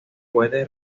puede